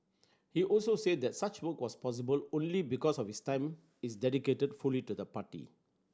he also said that such work was possible only because of his time is dedicated fully to the party